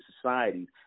societies